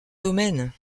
domaine